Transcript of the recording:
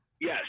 yes